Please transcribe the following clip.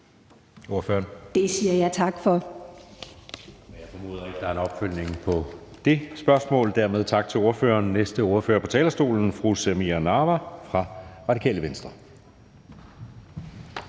Det siger jeg tak for.